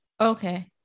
Okay